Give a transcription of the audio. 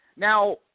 Now